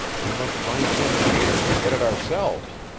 we must find the engineer and get it ourselves.